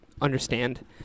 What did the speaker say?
understand